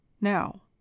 Now